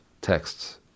texts